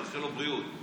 אני מאחל לו בריאות,